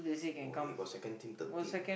oh they got second team third team